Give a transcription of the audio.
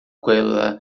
quella